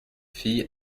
fille